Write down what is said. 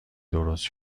درست